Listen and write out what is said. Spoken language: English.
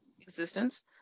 existence